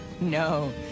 No